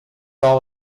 all